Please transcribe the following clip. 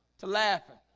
to laughing